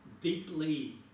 deeply